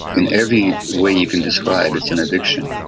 in every way you can describe, it's an addiction.